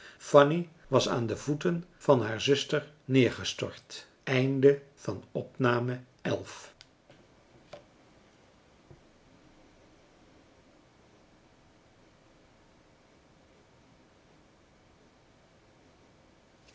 fanny was aan de voeten van haar zuster neergestort